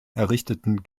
errichteten